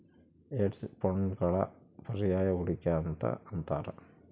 hedge ಫಂಡ್ಗಳನ್ನು ಪರ್ಯಾಯ ಹೂಡಿಕೆ ಅಂತ ಅಂತಾರ